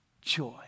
joy